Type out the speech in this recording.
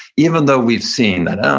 even though we've seen that, oh,